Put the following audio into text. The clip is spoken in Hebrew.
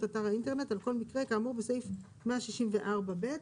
אתר האינטרנט על כל מקרה כאמור בסעיף 164 ב',